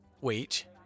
Wait